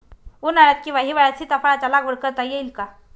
उन्हाळ्यात किंवा हिवाळ्यात सीताफळाच्या लागवड करता येईल का?